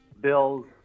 Bills